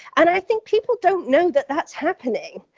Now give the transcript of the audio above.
and i think people don't know that that's happening,